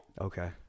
Okay